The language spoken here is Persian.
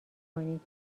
کنید